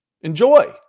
enjoy